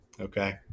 Okay